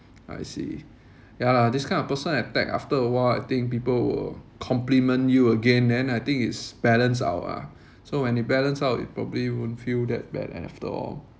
I see ya lah this kind of personal attack after a while I think people will compliment you again then I think it's balanced out ah so when it balance out you probably won't feel that bad after all